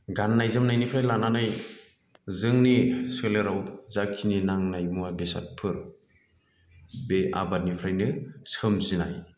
गाननाय जोमनायनिफ्राय लानानै जोंनि सोलेराव जाखिनि नांनाय मुवा बेसादफोर बे आबादनिफ्रायनो सोमजिनाय